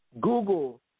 Google